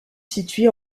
située